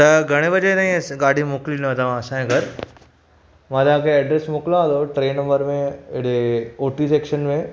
त घणे बजे ताईं गाॾी मोकिलींदव तव्हां असांजे घर मां तव्हांखे एड्रेस मोकिलियांव थो टे नंबर में हेॾे ओटी सेक्शन में